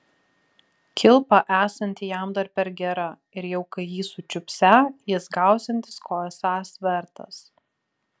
kilpa esanti jam dar per gera ir jau kai jį sučiupsią jis gausiantis ko esąs vertas